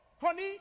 Honey